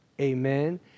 Amen